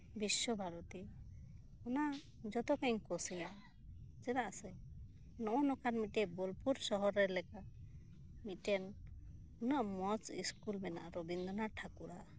ᱵᱤᱥᱥᱚ ᱵᱷᱟᱨᱚᱛᱤ ᱚᱱᱟ ᱡᱚᱛᱚ ᱠᱷᱚᱱᱤᱧ ᱠᱩᱥᱤᱭᱟᱜ ᱟ ᱪᱮᱫᱟᱜ ᱥᱮ ᱱᱚᱜᱚᱭ ᱱᱚᱝᱠᱟᱱ ᱢᱤᱫᱴᱮᱱ ᱵᱳᱞᱯᱩᱨ ᱥᱚᱦᱚᱨ ᱨᱮ ᱢᱤᱫᱴᱮᱱ ᱩᱱᱟᱹᱜ ᱢᱚᱪ ᱤᱥᱠᱩᱞ ᱢᱮᱱᱟᱜ ᱟ ᱨᱚᱵᱤᱱᱫᱨᱚᱱᱟᱛᱷ ᱴᱷᱟᱠᱩᱨᱟᱜ